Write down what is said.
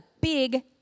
big